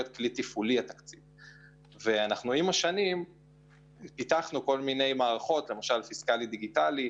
עם השנים פיתחנו מערכות כגון פיסקלית-דיגיטלית,